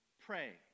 pray